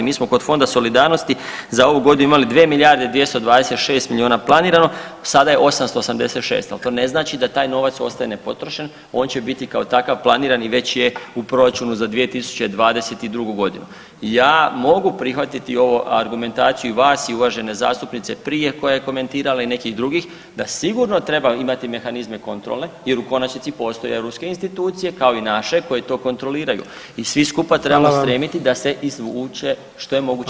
Mi smo kod Fonda solidarnosti za ovu godinu imali 2 milijarde 226 milijuna planirano, sada je 886, ali to ne znači da taj novac ostaje nepotrošen, on će biti kao takav planiran i već je u proračunu za 2022.g. Ja mogu prihvatiti ovu argumentaciju vas i uvažene zastupnice prije koja je komentirala i nekih drugih da sigurno treba imati mehanizme kontrole jer u konačnici postoje europske institucije kao i naše koje to kontroliraju i svi skupa [[Upadica predsjednik: Hvala vam.]] trebamo stremiti da se izvuče što je moguće više sredstava odnosno povući.